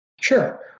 Sure